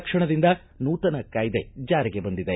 ತಕ್ಷಣದಿಂದ ನೂತನ ಕಾಯ್ದೆ ಜಾರಿಗೆ ಬಂದಿದೆ